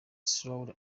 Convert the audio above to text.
slowly